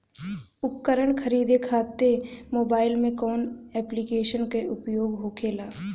उपकरण खरीदे खाते मोबाइल में कौन ऐप्लिकेशन का उपयोग होखेला?